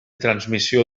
transmissió